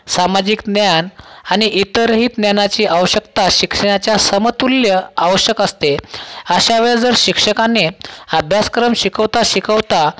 सामाजिक ज्ञान आणि इतरही ज्ञानाची आवश्यकता अशी शिक्षणाच्या समतुल्य आवश्यक असते अशावेळेस जर शिक्षकांनी अभ्यासक्रम शिकवता शिकवता